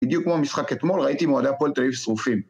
בדיוק כמו המשחקת אתמול, ראיתי אם אוהדי הפועל תל-אביב שרופים.